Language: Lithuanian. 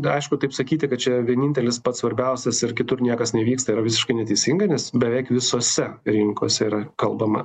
aišku taip sakyti kad čia vienintelis pats svarbiausias ir kitur niekas nevyksta yra visiškai neteisinga nes beveik visose rinkose yra kalbama